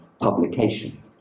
publication